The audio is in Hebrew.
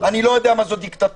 אני לא יודע מה זאת דיקטטורה.